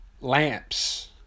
lamps